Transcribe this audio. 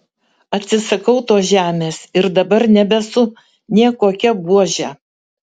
atsisakau tos žemės ir dabar nebesu nė kokia buožė